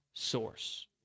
source